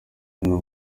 hano